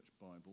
Bible